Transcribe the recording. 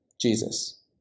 Jesus